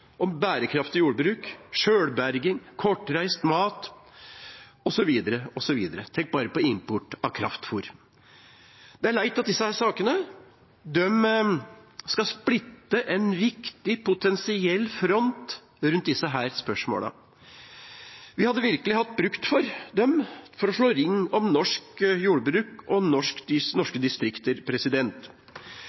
bærekraftig jordbruk, sjølberging, kortreist mat, osv. Tenk bare på importen av kraftfôr. Det er leit at disse sakene skal splitte en viktig potensiell front rundt disse spørsmålene. Vi hadde virkelig hatt bruk for dem for å slå ring om norsk jordbruk og norske distrikter.